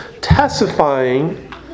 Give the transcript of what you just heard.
testifying